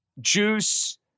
juice